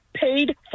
paid